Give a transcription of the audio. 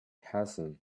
hassan